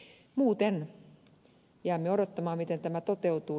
muuten jäämme odottamaan miten tämä toteutuu